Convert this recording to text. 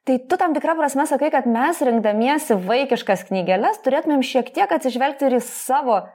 tai tu tam tikra prasme sakai kad mes rinkdamiesi vaikiškas knygeles turėtumėm šiek tiek atsižvelgti ir į savo